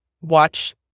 watch